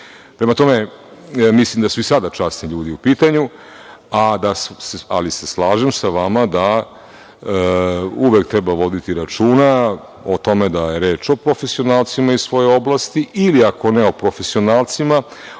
Prema tome, mislim da su i sada časni ljudi u pitanju, ali se slažem sa vama da uvek treba voditi računa o tome da je reč o profesionalcima iz svoje oblasti ili ako ne o profesionalcima,